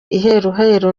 iheruheru